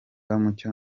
mucyo